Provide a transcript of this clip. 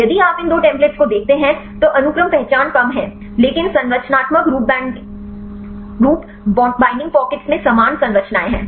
यदि आप इन दो टेम्पलेट्स को देखते हैं तो अनुक्रम पहचान कम है लेकिन संरचनात्मक रूपबैंडिंग पॉकेट्स में समान संरचनाएं हैं